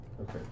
Okay